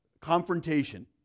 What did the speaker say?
confrontation